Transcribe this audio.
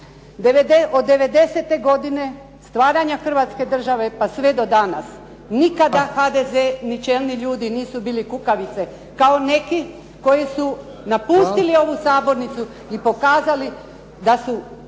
Od '90.-te godine stvaranja Hrvatske države pa sve do danas, nikada HDZ ni čelni ljudi nisu bili kukavice, kao neki koji su napustili ovu sabornicu i pokazali da su